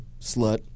slut